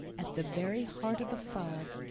at the very heart of the fog,